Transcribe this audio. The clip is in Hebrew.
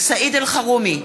סעיד אלחרומי,